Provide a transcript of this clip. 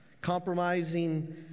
Compromising